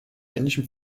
ähnlichem